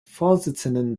vorsitzenden